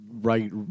right